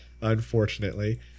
unfortunately